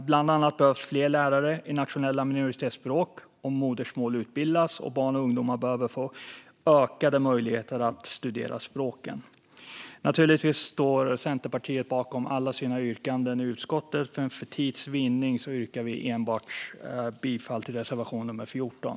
Bland annat behöver fler lärare i nationella minoritetsspråk och modersmål utbildas, och barn och ungdomar behöver få ökade möjligheter att studera språken. Naturligtvis står Centerpartiet bakom alla sina yrkanden i utskottet, men för tids vinnande yrkar vi bifall enbart till reservation nummer 14.